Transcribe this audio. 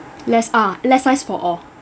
less ah less ice for all